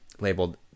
labeled